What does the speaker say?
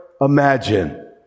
imagine